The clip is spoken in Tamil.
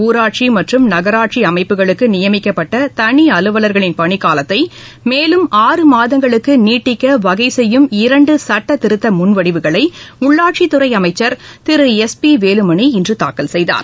ஊராட்சி மற்றும் நகராட்சி அமைப்புகளுக்கு நியமிக்கப்பட்ட தனி அலுவலர்களின் பணிக்காலத்தை மேலும் ஆறு மாதங்களுக்கு நீட்டிக்க வகை செய்யும் இரண்டு சட்டத்திருத்த முன்வடிவுகளை உள்ளாட்சித் துறை அமைச்சர் திரு எஸ் பி வேலுமணி இன்று தாக்கல் செய்தார்